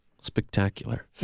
Spectacular